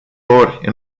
ori